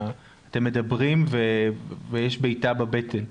אתם מדברים ויש בעיטה בבטן.